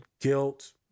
guilt